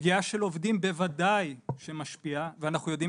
פגיעה של עובדים בוודאי שמשפיעה ואנחנו יודעים